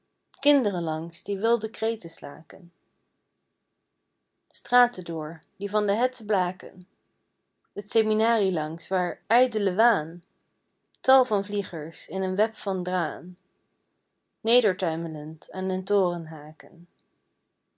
kinderen langs die wilde kreten slaken straten door die van de hette blaken t seminarie langs waar ijdele waan tal van vliegers in een web van draân nedertuimelend aan den toren haken